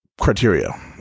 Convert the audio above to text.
criteria